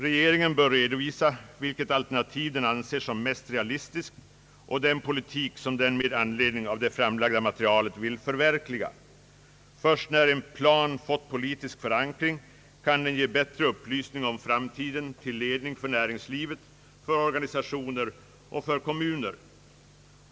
Regeringen bör redovisa vilket alternativ den anser som mest realistiskt och den politik som den med anledning av det framlagda materialet vill förverkliga. Först när en plan fått politisk förankring kan man ge bättre upplysning om framtiden till ledning för näringslivet, för organisationer och för kommuner.